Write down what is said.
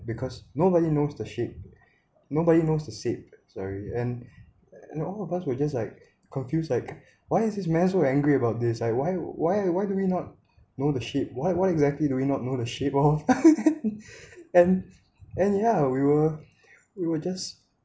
because nobody knows the sheep nobody knows to sit sorry and then all of us will just like confused like why is this man so angry about this I why why why do we not know the sheep what what exactly do we not know the sheep of and ya we were we were just